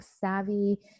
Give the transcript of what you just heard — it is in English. savvy